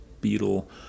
beetle